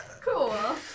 Cool